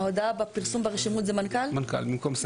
הפעולה של המנכ"ל היא משתלבת בדיוק עם מה שהורה המחוקק.